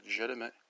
legitimate